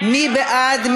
מי בעד?